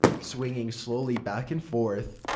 swinging slowly back and forth.